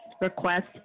request